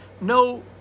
no